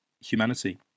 humanity